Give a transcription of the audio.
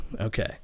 Okay